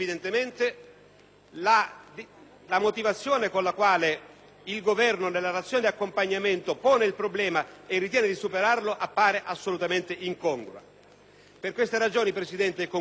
la motivazione con la quale il Governo nella relazione di accompagnamento pone il problema e ritiene di superarlo appare assolutamente incongrua. Per queste ragioni, signor Presidente, oggi